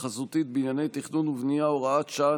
חזותית בענייני תכנון ובנייה (הוראת שעה,